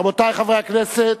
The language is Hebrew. רבותי חברי הכנסת,